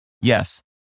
yes